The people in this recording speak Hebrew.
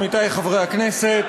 עמיתי חברי הכנסת,